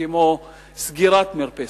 כמו סגירת מרפסת,